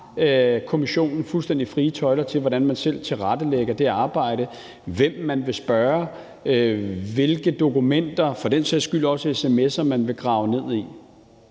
kommissionen fuldstændig frie tøjler til, hvordan man selv tilrettelægger det arbejde, hvem man vil spørge, hvilke dokumenter og for den sags skyld også sms'er man vil grave ned i.